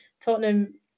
Tottenham